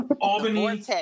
Albany